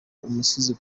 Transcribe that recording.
umusizi